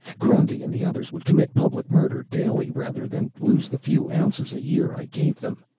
grundy and the others would commit public murder daily rather than lose the few ounces a year i gave them.